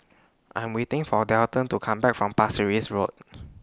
I Am waiting For Dalton to Come Back from Pasir Ris Road